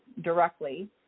directly